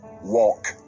walk